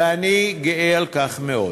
ואני גאה על כך מאוד.